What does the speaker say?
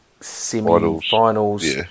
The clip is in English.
semi-finals